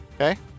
Okay